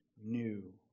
new